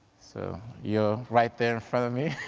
so you're right there in front of me.